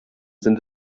sind